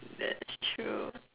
that's true